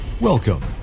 Welcome